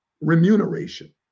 remuneration